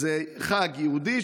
זה חג יהודי,